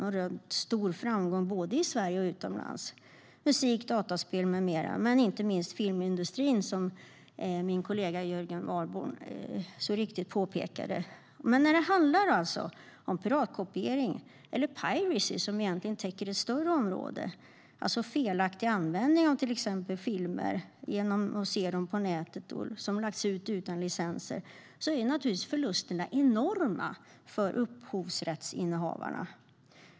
De har rönt stor framgång både i Sverige och utomlands, bland annat musik och dataspel samt inte minst filmindustrin, som min kollega Jörgen Warborn så riktigt påpekade. När det handlar om piratkopiering, piracy, som egentligen täcker ett större område, det vill säga felaktig användning av till exempel filmer som har lagts ut på nätet utan licenser, är naturligtvis förlusterna enorma för upphovsrättsinnehavarna.